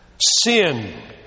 sin